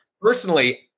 personally